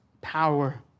power